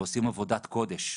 ועושים עבודת קודש.